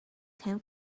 ten